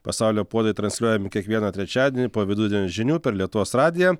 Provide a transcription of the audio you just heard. pasaulio puodai transliuojami kiekvieną trečiadienį po vidudienio žinių per lietuvos radiją